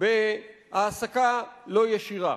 בהעסקה לא ישירה.